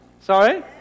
Sorry